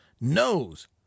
knows